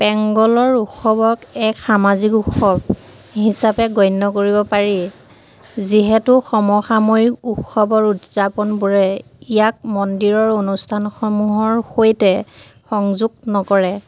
পেঙ্গলৰ উৎসৱক এক সামাজিক উৎসৱ হিচাপে গণ্য কৰিব পাৰি যিহেতু সমসাময়িক উৎসৱৰ উদযাপনবোৰে ইয়াক মন্দিৰৰ অনুষ্ঠানসমূহৰ সৈতে সংযোগ নকৰে